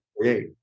create